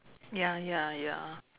ya ya ya